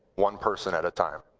one person at a time.